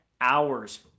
hours